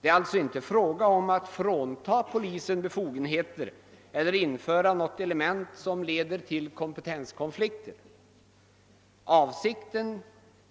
Det är alltså inte fråga om att frånta polisen befogenheter eller att införa något element som leder till kompetenskonflikter; avsikten